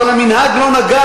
אבל המנהג לא נגע,